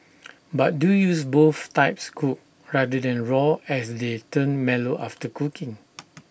but do use both types cooked rather than raw as they turn mellow after cooking